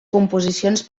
composicions